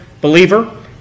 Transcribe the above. believer